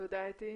תודה אתי.